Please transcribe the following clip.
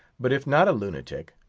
but if not a lunatic,